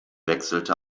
wechselte